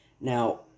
Now